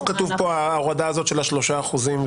איפה כתובה ההורדה של ה-3%?